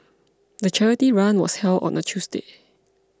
the charity run was held on a Tuesday